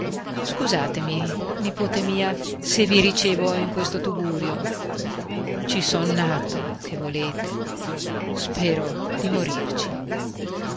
scusatemi nipote mia se vi ricevo in questo tugurio ci son nato che volete spero di morirci